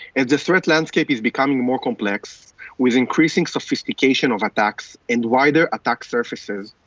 as the threat landscape is becoming more complex with increasing sophistication of attacks and wider attack surfaces,